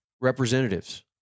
representatives